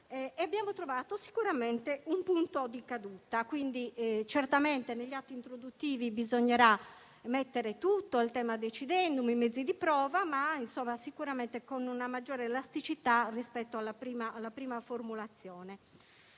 abbiamo trovato sicuramente un punto di caduta. Certamente negli atti introduttivi bisognerà inserire tutto il *thema decidendum*, i mezzi di prova, ma sicuramente con una maggiore elasticità rispetto alla prima formulazione.